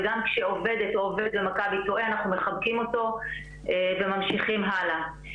וגם כשעובדת או עובד של מכבי טועה אנחנו מחבקים אותו וממשיכים הלאה.